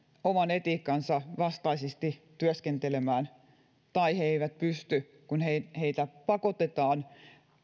oman etiikkansa vastaisesti työskentelemään tai he eivät pysty kun heitä pakotetaan